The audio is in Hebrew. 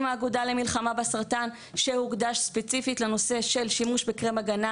האגודה למלחמה בסרטן שהוקדש ספציפית לנושא של שימוש בקרם הגנה,